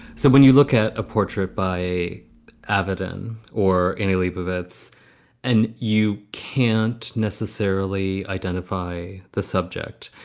so when you look at a portrait by avidan or annie leibovitz and you can't necessarily identify the subject,